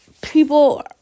people